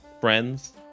friends